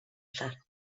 zar